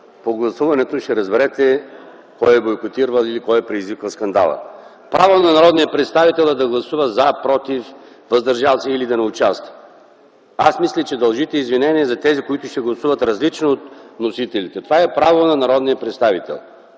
по гласуването ще разберете кой е бойкотирал или кой е предизвикал скандала. Право на народния представител е да гласува „за”, „против”, „въздържал се” или да не участва. Аз мисля, че дължите извинение за тези, които ще гласуват различно от вносителите. Това е право на народния представител.